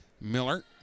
Miller